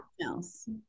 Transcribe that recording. else